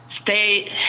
stay